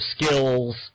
skills